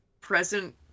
present